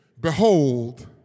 Behold